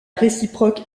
réciproque